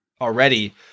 already –